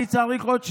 אני צריך עוד שניים,